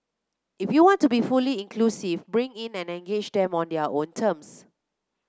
if you want to be fully inclusive bring in and engage them on their own terms